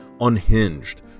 unhinged